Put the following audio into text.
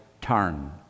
turn